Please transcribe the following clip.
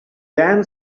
then